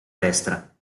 destra